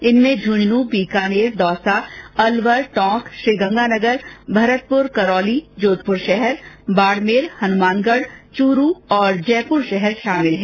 इनमें झुन्झुनू बीकानेर दौसा अलवर टोंक श्रीगंगानगर भरतपुर करौली जोधपुर शहर बाडमेर हनुमानगढ चुरु जयपुर शहर शामिल है